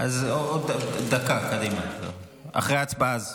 אחרי ההצבעה.